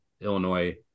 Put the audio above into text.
Illinois